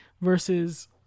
versus